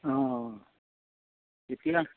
অঁ তেতিয়া